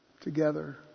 together